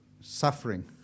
suffering